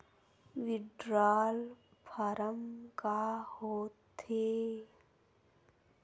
withdrawal form का होथेय